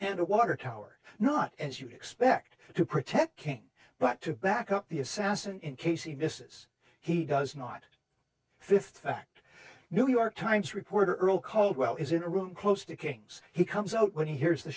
a water tower not as you'd expect to protect king but to back up the assassin in case he misses he does not fifth fact new york times reporter earl caldwell is in a room close to king's he comes out when he hears the